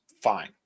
fine